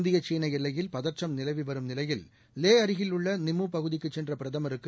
இந்திய சீனஎல்லையில் பதற்றம் நிலவிவரும் நிலையில் லேஅருகில் உள்ளநிம்முபகுதிக்குச் சென்றபிரதமருக்கு